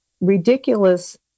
ridiculous